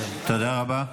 תודה רבה.